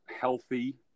healthy